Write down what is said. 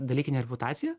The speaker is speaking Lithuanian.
dalykinė reputacija